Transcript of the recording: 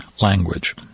language